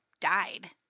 died